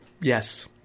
Yes